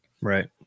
Right